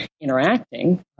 interacting